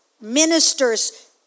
ministers